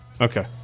Okay